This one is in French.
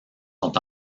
sont